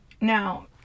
now